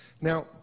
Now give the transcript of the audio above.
Now